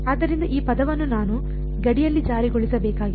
ಆದ್ದರಿಂದ ಈ ಪದವನ್ನು ನಾನು ಗಡಿ ಯಲ್ಲಿ ಜಾರಿಗೊಳಿಸಬೇಕಾಗಿದೆ